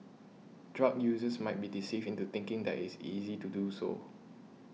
drug users might be deceived into thinking that is easy to do so